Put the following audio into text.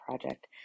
project